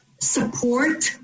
support